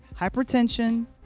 hypertension